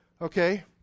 okay